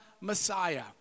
Messiah